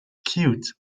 cute